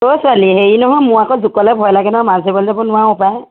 অই ছোৱালী হেৰি নহয় মোৰ আকৌ জোকলৈ ভয় লাগে নহয় মাছ ধৰিবলৈ যাব নোৱাৰোঁ পাই